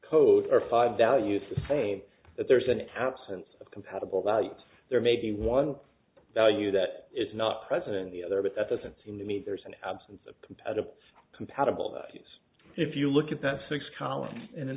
five values to say that there's an absence of compatible value there may be one value that is not president the other but that doesn't seem to me there's an absence of compatible compatible that is if you look at that six column and then